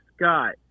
Scott